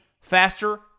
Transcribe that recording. faster